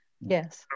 yes